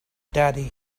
daddy